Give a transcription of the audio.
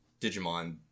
Digimon